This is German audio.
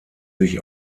sich